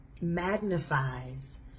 magnifies